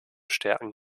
stärken